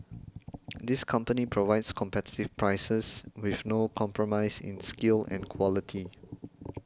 this company provides competitive prices with no compromise in skill and quality